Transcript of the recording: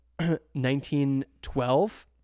1912